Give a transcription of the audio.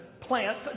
plants